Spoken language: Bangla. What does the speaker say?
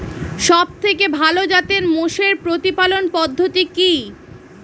সবথেকে ভালো জাতের মোষের প্রতিপালন পদ্ধতি কি?